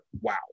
Wow